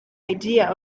idea